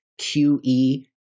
QE